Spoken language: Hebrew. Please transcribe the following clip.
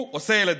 הוא עושה ילדים.